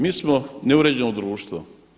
Mi smo neuređeno društvo.